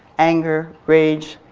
anger, rage,